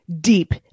deep